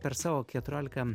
per savo keturiolika